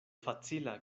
facila